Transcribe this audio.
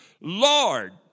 Lord